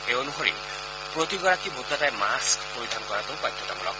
সেই অনুসৰি প্ৰতিগৰাকী ভোটদাতাই মাস্ক পৰিধান কৰাটো বাধ্যতামূলক